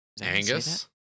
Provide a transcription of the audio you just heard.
Angus